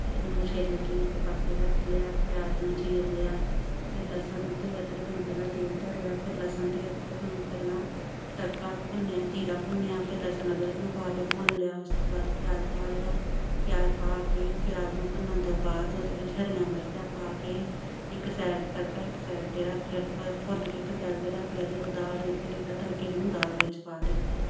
ਨੂੰ ਛਿਲ ਕੇ ਇੱਕ ਪਾਸੇ ਰੱਖ ਲਿਆ ਪਿਆਜ਼ ਨੂੰ ਚੀਰ ਲਿਆ ਫਿਰ ਲਸਣ ਅਤੇ ਅਦਰਕ ਨੂੰ ਪਹਿਲਾਂ ਤੇਲ ਧਰਿਆ ਫਿਰ ਲਸਣ ਅਤੇ ਅਦਰਕ ਨੂੰ ਪਹਿਲਾਂ ਤੜਕਾ ਭੁੰਨਿਆ ਜੀਰਾ ਭੁੰਨਿਆ ਫਿਰ ਲਸਣ ਅਦਰਕ ਨੂੰ ਪਾ ਕੇ ਭੁੰਨ ਲਿਆ ਉਸ ਤੋਂ ਬਾਅਦ ਪਿਆਜ਼ ਪਾ ਲਿਆ ਪਿਆਜ਼ ਪਾ ਕੇ ਪਿਆਜ਼ ਨੂੰ ਭੁੰਨਣ ਤੋਂ ਬਾਅਦ ਉਹਦੇ ਵਿੱਚ ਹਰੀਆਂ ਮਿਰਚਾਂ ਪਾ ਕੇ ਇੱਕ ਸਾਈਡ ਤੜਕਾ ਇੱਕ ਸਾਈਡ 'ਤੇ ਰੱਖ ਪ ਭੁੰਨ ਕੇ ਇੱਕ ਸਾਈਡ 'ਤੇ ਰੱਖ ਲਿਆ ਜਦੋਂ ਦਾਲ ਰਿੱਝ ਗਈ ਤਾਂ ਤੜਕੇ ਨੂੰ ਦਾਲ ਵਿੱਚ ਪਾ ਦਿੱਤਾ